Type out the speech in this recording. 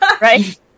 right